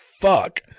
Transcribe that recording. fuck